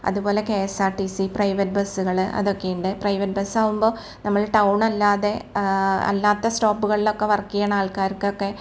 അതുപോലെ K S R T C private ബസ്സുകള് അതൊക്കെ ഉണ്ട് പ്രൈവറ്റ് ബസാകുമ്പോൾ നമ്മള് ടൗൺ അല്ലാതെ അല്ലാത്ത സ്റ്റോപ്പുകളിലൊക്കെ വർക്ക് ചെയ്യുന്ന ആൾക്കാർക്കൊക്കെ